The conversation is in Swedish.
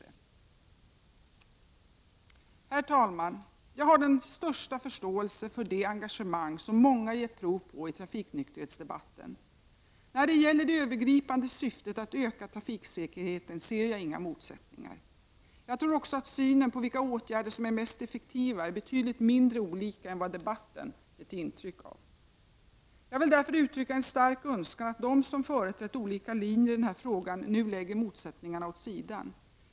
Herr talman! Jag har den största förståelse för det engagemang som många gett prov på i trafiknykterhetsdebatten. Jag ser inga motsättningar när det gäller det övergripande syftet att öka trafiksäkerheten. Jag tror också att synen på vilka åtgärder som är mest effektiva är betydligt mindre skiftande än vad debatten har givit intryck av. Jag vill därför uttrycka en stark önskan om att de som har företrätt olika linjer i denna fråga nu lägger motsättningarna åt sidan.